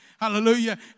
Hallelujah